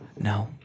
No